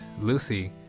Lucy